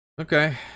okay